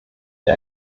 der